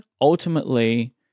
ultimately